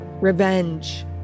revenge